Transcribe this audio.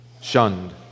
shunned